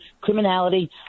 criminality